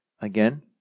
again